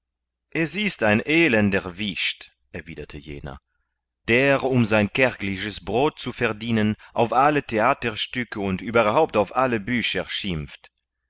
es ist ein elender wicht erwiderte jener der um sein kärgliches brot zu verdienen auf alle theaterstücke und überhaupt auf alle bücher schimpft